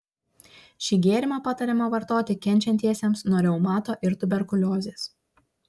šį gėrimą patariama vartoti kenčiantiesiems nuo reumato ir tuberkuliozės